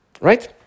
Right